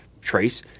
trace